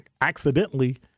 accidentally